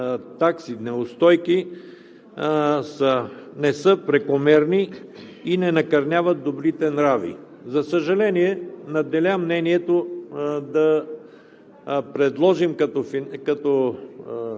такси – неустойки, не са прекомерни и не накърняват добрите нрави. За съжаление, надделя мнението да предложим като